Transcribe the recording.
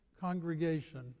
congregation